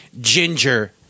ginger